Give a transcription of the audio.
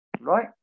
right